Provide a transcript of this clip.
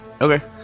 okay